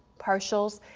partials,